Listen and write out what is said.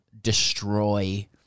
destroy